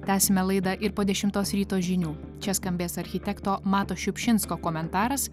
tęsime laidą ir po dešimtos ryto žinių čia skambės architekto mato šiupšinsko komentaras